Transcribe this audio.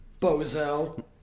Bozo